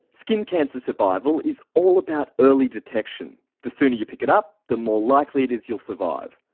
skin cancer survival is all about early detection. the sooner you pick it up, the more likely it is you'll survive.